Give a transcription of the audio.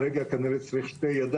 אבל מתברר שצריך לפחות כף יד